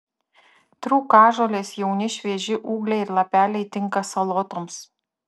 trūkažolės jauni švieži ūgliai ir lapeliai tinka salotoms